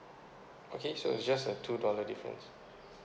okay so just a two dollar difference